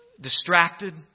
distracted